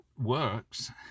works